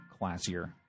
classier